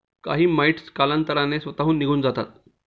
काही माइटस कालांतराने स्वतःहून निघून जातात